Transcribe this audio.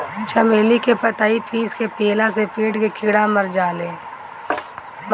चमेली के पतइ पीस के पियला से पेट के कीड़ा मर जाले